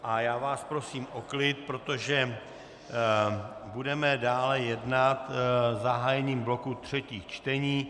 A já vás prosím o klid, protože budeme dále jednat zahájením bloku třetích čtení.